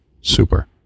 Super